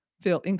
feel